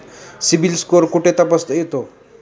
CIBIL score कुठे तपासता येतो?